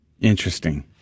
Interesting